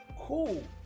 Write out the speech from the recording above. cool